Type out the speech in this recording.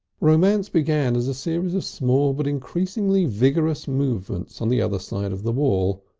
romance began as a series of small but increasingly vigorous movements on the other side of the wall,